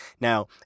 Now